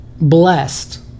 blessed